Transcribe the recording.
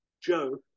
Joe